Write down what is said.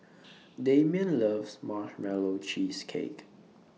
Damien loves Marshmallow Cheesecake